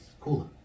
cooler